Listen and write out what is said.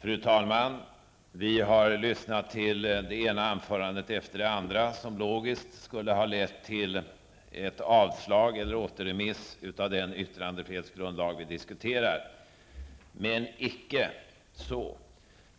Fru talman! Vi har lyssnat till det ena anförandet efter det andra som logiskt skulle ha lett till ett avslag eller en återremiss av den yttrandefrihetsgrundlag som vi diskuterar. Men icke så.